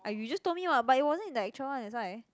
I you just told me [what] but it wasn't in the actual one that's why